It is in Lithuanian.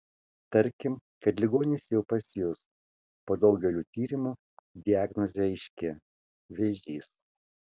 tarkim kad ligonis jau pas jus po daugelio tyrimų diagnozė aiški vėžys